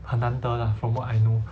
很难得 lah from what I know